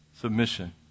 submission